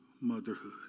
motherhood